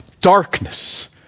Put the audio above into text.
darkness